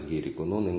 01 അല്ലെങ്കിൽ 0